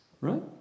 right